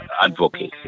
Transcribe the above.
advocacy